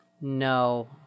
No